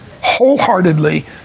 wholeheartedly